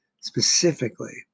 specifically